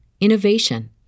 innovation